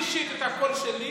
אני אישית את הקול שלי